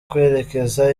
kwerekeza